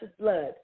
blood